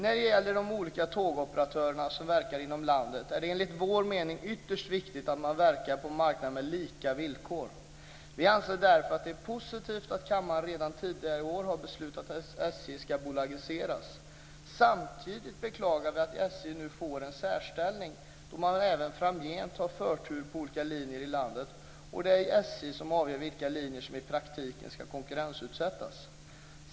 När det gäller de olika tågoperatörer som verkar i landet är det enligt vår mening ytterst viktigt att man verkar på en marknad med lika villkor. Vi anser därför att det är positivt att kammaren redan tidigare i år har beslutat att SJ ska bolagiseras. Samtidigt beklagar vi att SJ nu får en särställning, då man även framgent har förtur på olika linjer i landet. Det är SJ som avgör vilka linjer som i praktiken ska konkurrensutsättas.